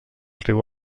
riu